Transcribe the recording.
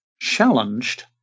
challenged